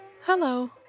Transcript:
Hello